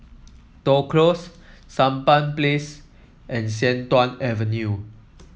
Toh Close Sampan Place and Sian Tuan Avenue